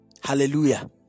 Hallelujah